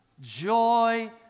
joy